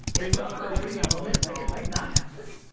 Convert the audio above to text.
it looked for a brief moment. like it might not happen.